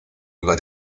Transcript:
über